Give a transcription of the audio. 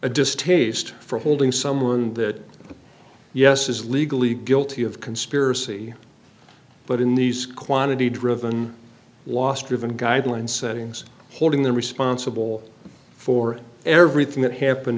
distaste for holding someone that yes is legally guilty of conspiracy but in these quantity driven last driven guidelines settings holding them responsible for everything that happened